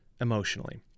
emotionally